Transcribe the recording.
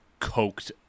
coked